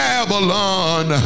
Babylon